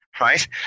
right